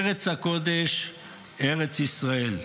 ארץ הקודש, ארץ ישראל.